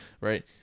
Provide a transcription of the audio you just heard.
right